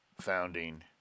founding